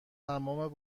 تمام